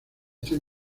están